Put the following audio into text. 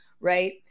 Right